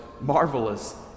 marvelous